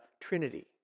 Trinity